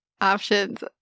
options